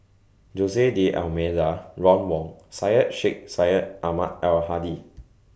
Jose D'almeida Ron Wong Syed Sheikh Syed Ahmad Al Hadi